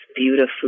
beautifully